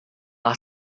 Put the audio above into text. are